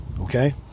okay